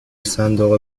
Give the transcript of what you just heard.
صندوق